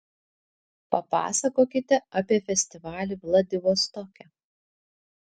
papasakokite apie festivalį vladivostoke